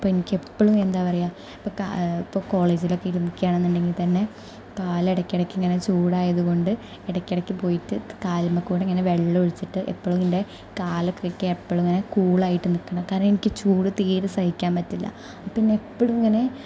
അപ്പോൾ എനിക്ക് എപ്പോഴും എന്താ പറയുക ഇപ്പോൾ ക ഇപ്പോൾ കോളേജിലൊക്കെ ഇരിക്കുകയാണെന്നുണ്ടെങ്കിൽ തന്നെ കാല് ഇടകിടക്കിങ്ങനെ ചൂടായതുകൊണ്ട് ഇടക്കിടക്ക് പോയിട്ട് കാലിന്മേൽക്കൂടി ഇങ്ങനെ വെള്ളമൊഴിച്ചിട്ട് എപ്പോഴും ഇങ്ങനെ കാലൊക്കെ എപ്പോഴും കൂളായിട്ട് നിൽക്കണം കാരണം എനിക്ക് ചൂട് തീരെ സഹിക്കാൻ പറ്റില്ല പിന്നെ എപ്പോഴും ഇങ്ങനെ